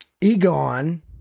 Egon